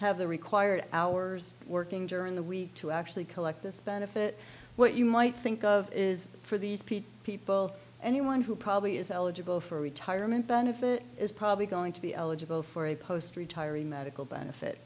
have the required hours working during the week to actually collect this benefit what you might think of is for these people people anyone who probably is eligible for retirement benefit is probably going to be eligible for a post retiree medical benefit